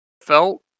felt